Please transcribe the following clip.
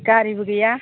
गारिबो गैया